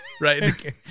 right